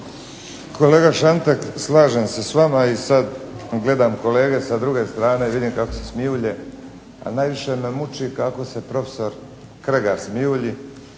Kolega Šantek slažem se s vama i sada gledam kolege s druge strane i vidim kako se smijulje, a najviše me muči kako se profesor Kregar smijulji,